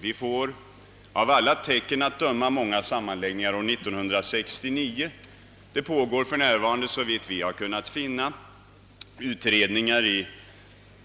Vi får, av alla tecken att döma, många sammanläggningar år 1969. Det pågår för närvarande, såvitt vi har kunnat finna, utredningar i